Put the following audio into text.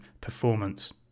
performance